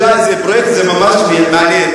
השאלה, זה פרויקט ממש מעניין.